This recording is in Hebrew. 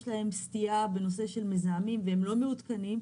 להן סטייה בנושא של מזהמים והם לא מעודכנים,